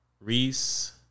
Reese